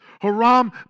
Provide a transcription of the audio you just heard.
Haram